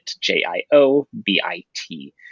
J-I-O-B-I-T